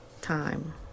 time